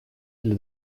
для